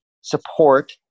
support